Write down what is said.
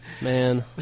Man